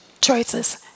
choices